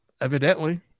evidently